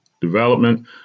development